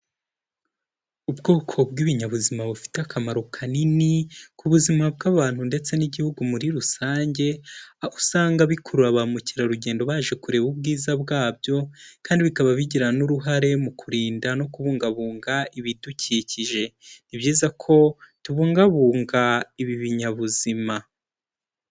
Ubwoko bw'ibinyabuzima bufite akamaro kanini ku buzima bw'abantu ndetse n'igihugu muri rusange, aho usanga bikurura ba mukerarugendo baje kureba ubwiza bwabyo kandi bikaba bigira n'uruhare mu kurinda no kubungabunga ibidukikije. Ni byiza ko tubungabunga ibi binyabuzima.